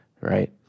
right